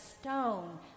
stone